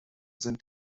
sind